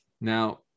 Now